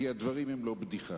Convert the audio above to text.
כי הדברים הם לא בדיחה.